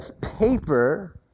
paper